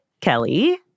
Kelly